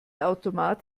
automat